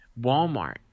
Walmart